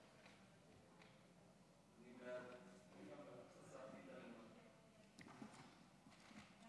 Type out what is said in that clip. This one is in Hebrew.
תקנות סמכויות מיוחדות להתמודדות עם נגיף הקורונה החדש